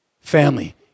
family